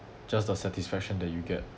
just the satisfaction that you get